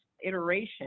iteration